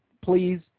Please